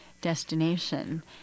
destination